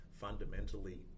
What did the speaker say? fundamentally